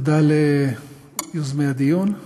תודה ליוזמי הדיון,